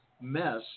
mess